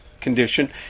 condition